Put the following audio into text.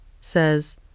says